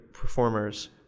performers